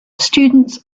students